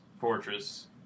Fortress